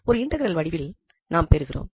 ஒரு இண்டெக்ரல் வடிவில் நாம் பெறுகிறோம்